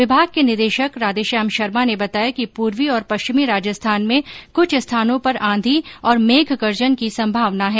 विभाग के निदेशक राधेश्याम शर्मा ने बताया कि पूर्वी और पश्चिमी राजस्थान में कुछ स्थानों पर आंधी और मेघ गर्जन की संभावना है